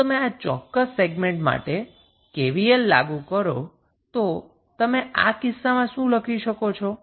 જો તમે આ ચોક્કસ સેગમેન્ટ માટે KVL લાગુ કરો તો તમે આ કિસ્સામાં શું લખી શકો છો